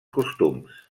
costums